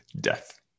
death